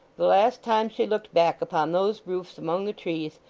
the last time she looked back upon those roofs among the trees,